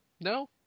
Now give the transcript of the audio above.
No